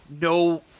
no